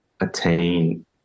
attain